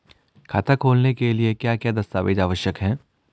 खाता खोलने के लिए क्या क्या दस्तावेज़ आवश्यक हैं?